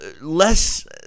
less